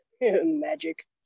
Magic